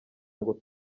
ngo